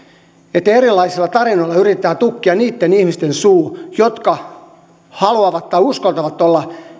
että erilaisilla tarinoilla yritetään tukkia niitten ihmisten suu jotka haluavat tai uskaltavat olla